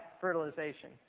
fertilization